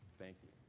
thank